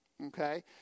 Okay